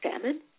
salmon